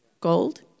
Gold